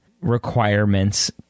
requirements